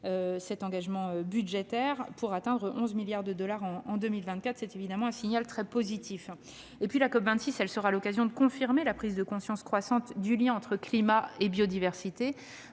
leur engagement budgétaire, pour atteindre 11 milliards d'euros d'ici à 2024. C'est évidemment un signal très positif. De plus, la COP26 offrira l'occasion de confirmer la prise de conscience croissante du lien entre climat et biodiversité.